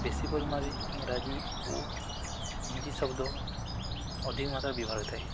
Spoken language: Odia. ବେଶି ପରିମାଣରେ ଇଂରାଜୀ ଓ ହିନ୍ଦୀ ଶବ୍ଦ ଅଧିକ ମାତ୍ର ବ୍ୟବହାର ହୋଇଥାଏ